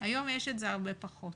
היום יש את זה הרבה פחות.